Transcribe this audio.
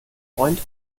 freund